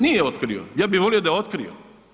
Nije otkrio, ja bih volio da je otkrio.